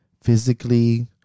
physically